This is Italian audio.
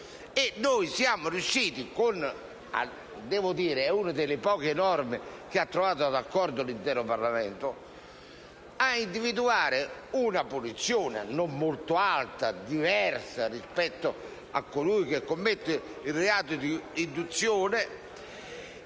- e siamo riusciti, attraverso una delle poche norme che ha trovato l'accordo dell'intero Parlamento, ad individuare una punizione, non molto alta, diversa, rispetto a colui che commette il reato di induzione;